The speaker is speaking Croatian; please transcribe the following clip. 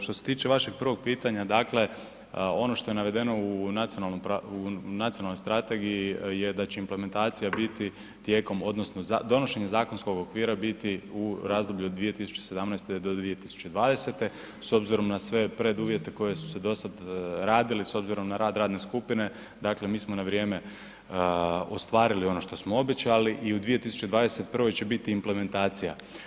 Što se tiče vašeg prvog pitanja, dakle ono što je navedeno u nacionalnoj strategiji je da će implementacija biti tijekom odnosno donošenje zakonskog okvira biti u razdoblju od 2017.-2020.s obzirom na sve preduvjete koji su se do sada radili, s obzirom na rad radne skupine mi smo na vrijeme ostvarili ono što smo obećali i u 2021.će biti implementacija.